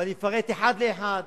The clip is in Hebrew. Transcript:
ואני אפרט אחד לאחד,